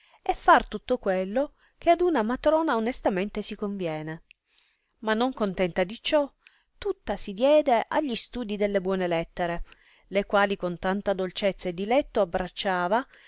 e far tutto quello che ad una matrona onestamente si conviene ma non contenta di ciò tutta si diede agli studi delle buone lettere le quali con tanta dolcezza e diletto abbracciava